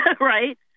right